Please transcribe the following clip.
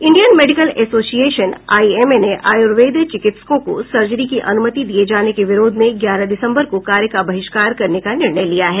Indian medical association IMA ने आयुर्वेद चिकित्सकों को सर्जरी की अनुमति दिये जाने के विरोध में ग्यारह दिसंबर को कार्य का वहिष्कार करने का निर्णय लिया है